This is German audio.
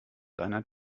deiner